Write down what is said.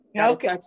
Okay